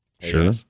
sure